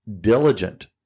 Diligent